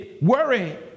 Worry